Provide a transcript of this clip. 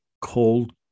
cold